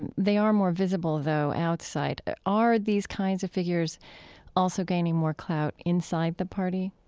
and they are more visible, though, outside. are these kinds of figures also gaining more clout inside the party?